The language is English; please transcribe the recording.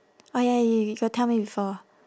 oh ya you you got tell me before